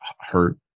hurt